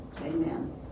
Amen